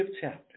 chapter